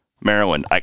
Maryland